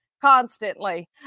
constantly